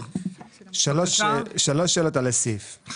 שלוש שאלות על הסעיף הזה.